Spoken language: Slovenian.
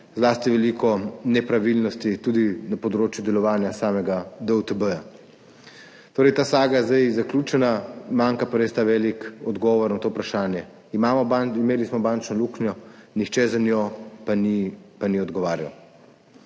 zlasti veliko nepravilnosti tudi na področju delovanja samega DUTB. Torej je ta saga zdaj zaključena, manjka pa res ta velik odgovor na to vprašanje – imeli smo bančno luknjo, nihče pa zanjo ni pa ni odgovarjal.